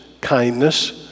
kindness